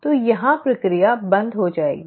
तो यहां प्रक्रिया बंद हो जाएगी